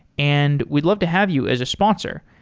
and we'd love to have you as a sponsor.